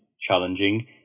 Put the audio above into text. challenging